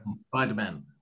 Spider-Man